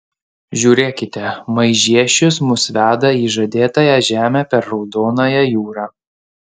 žiūrėkite maižiešius mus veda į žadėtąją žemę per raudonąją jūrą